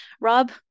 Rob